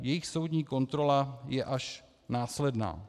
Jejich soudní kontrola je až následná.